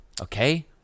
okay